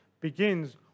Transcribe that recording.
begins